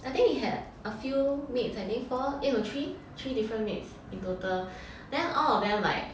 I think we had a few maids I think I think four eh no three three different maids in total then all of them like